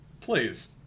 Please